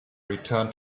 return